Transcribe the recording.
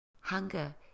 hunger